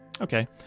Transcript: Okay